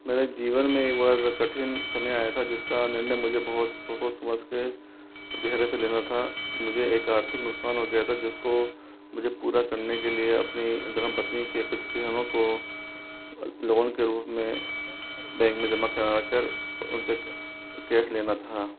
मेरे जीवन में एक बार कठिन समय आया था जिसका निर्णय मुझे बहुत सोच समझ के धैर्य से लेना था मुझे एक आर्थिक नुकसान हो गया था जिसको मुझे पूरा करने के लिए अपनी धर्मपत्नी के कुछ गहनों को लोन के रूप में बैंक में जमा कराकर उनसे कैश लेना था